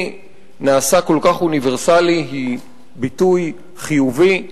נעשה כל כך אוניברסלי היא ביטוי חיובי,